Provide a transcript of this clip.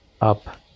up